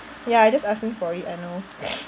ya I just asking for it I know